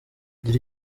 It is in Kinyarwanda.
gira